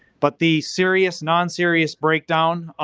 but the serious, non-serious breakdown